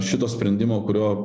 šito sprendimo kurio